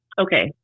Okay